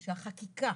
שהחקיקה